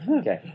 Okay